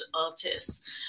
artists